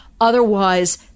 Otherwise